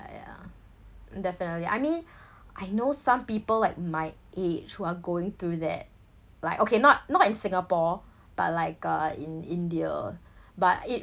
yeah definitely I mean I know some people at my age who are going through that like okay not not in Singapore but like uh in India but it